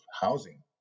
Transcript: housing